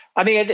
i mean